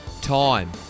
time